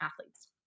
athletes